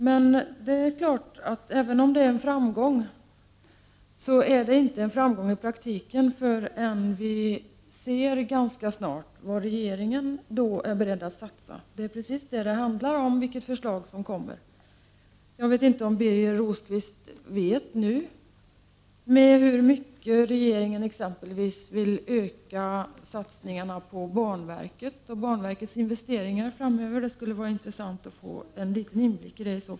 Men även om det är en framgång är det inte någon realitet förrän vi — vilket sker ganska snart — ser vad regeringen är beredd att satsa. Vad det nu handlar om är hur det förslag som kommer skall se ut. Jag undrar om Birger Rosqvist vet med hur mycket regeringen exempelvis vill öka satsningarna på banverket och dess investeringar framöver. Det skulle i så fall vara intressant att få en liten inblick i det.